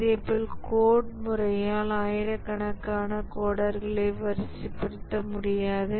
இதேபோல் கோடு முறையால் ஆயிரக்கணக்கான கோடர்களை வரிசைப்படுத்த முடியாது